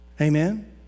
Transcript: Amen